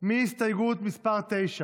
מהסתייגות מס' 9